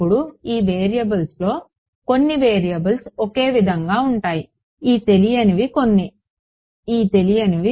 ఇప్పుడు ఈ వేరియబుల్స్లో కొన్ని వేరియబుల్స్ ఒకే విధంగా ఉంటాయి ఈ తెలియనివి కొన్ని తెలియనివి